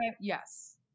Yes